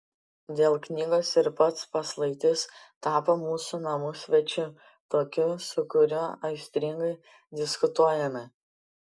dėl knygos ir pats paslaitis tapo mūsų namų svečiu tokiu su kuriuo aistringai diskutuojame